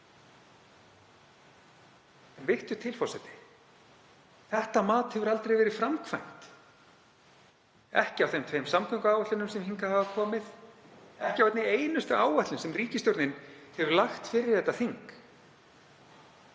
En vittu til, forseti. Þetta mat hefur aldrei verið framkvæmt, ekki á þeim tveimur samgönguáætlunum sem hingað hafa komið, ekki á einni einustu áætlun sem ríkisstjórnin hefur lagt fyrir þetta þing.